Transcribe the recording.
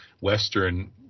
Western